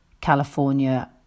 California